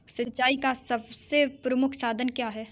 सिंचाई का सबसे प्रमुख साधन क्या है?